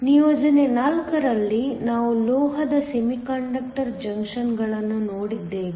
ನಿಯೋಜನೆ 4 ರಲ್ಲಿ ನಾವು ಲೋಹದ ಸೆಮಿಕಂಡಕ್ಟರ್ ಜಂಕ್ಷನ್ಗಳನ್ನು ನೋಡಿದ್ದೇವೆ